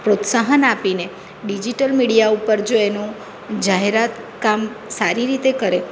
પ્રોત્સાહન આપીને digital media ઉપર જો એનું જાહેરાત કામ સારી રીતે કરે